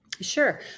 Sure